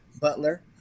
Butler